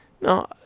No